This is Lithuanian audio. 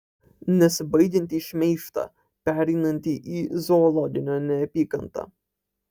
nesibaigiantį šmeižtą pereinantį į zoologinę neapykantą